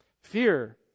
Fear